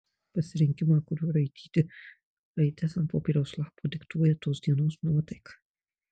pasirinkimą kuriuo raityti raides ant popieriaus lapo diktuoja tos dienos nuotaika